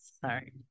Sorry